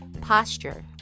posture